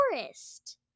forest